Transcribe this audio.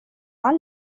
حال